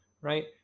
right